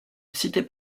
cité